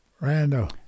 Randall